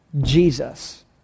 Jesus